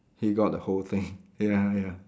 he got the whole thing ya ya